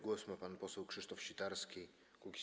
Głos ma pan poseł Krzysztof Sitarski, Kukiz’15.